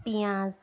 পিঁয়াজ